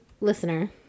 listener